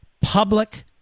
public